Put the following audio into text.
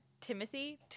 Timothy